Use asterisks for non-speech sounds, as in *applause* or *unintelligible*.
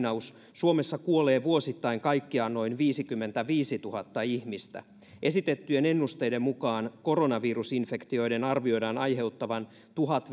suomessa kuolee vuosittain kaikkiaan noin viisikymmentäviisituhatta ihmistä esitettyjen ennusteiden mukaan koronavirusinfektioiden arvioidaan aiheuttavan tuhat *unintelligible*